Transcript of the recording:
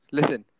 Listen